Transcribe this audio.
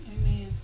Amen